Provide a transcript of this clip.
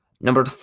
Number